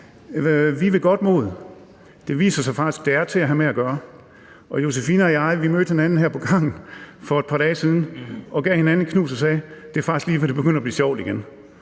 er ved godt mod. Det viser sig faktisk, at det er til at have med at gøre. Josephine Fock og jeg mødte hinanden her på gangen for et par dage siden og gav hinanden et knus og sagde til hinanden: Det er faktisk lige før, det begynder at blive sjovt igen.